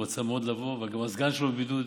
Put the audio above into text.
הוא רצה מאוד לבוא אבל גם הסגן שלו בבידוד,